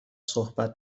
صحبت